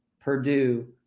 Purdue